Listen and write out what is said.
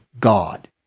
God